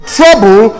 trouble